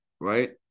Right